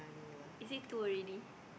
is it two already